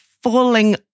falling